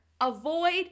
Avoid